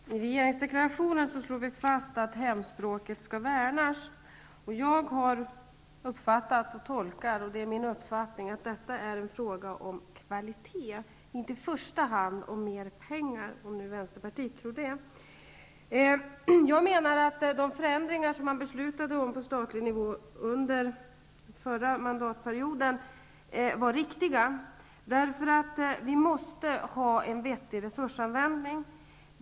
Herr talman! I regeringsdeklarationen slås det fast att hemspråket skall värnas. Det är min tolkning och uppfattning att detta är en fråga om kvalitet, och inte i första hand en fråga om mer pengar -- om nu vänsterpartiet trodde det. De förändringar som man under den förra mandatperioden beslutade om på statlig nivå menar jag var riktiga. Vi måste ha en vettig resursanvändning.